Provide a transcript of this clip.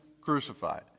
crucified